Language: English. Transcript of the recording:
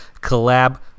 collab